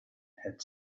had